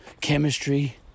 chemistry